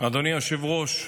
אדוני היושב-ראש,